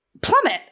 Plummet